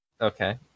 Okay